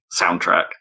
soundtrack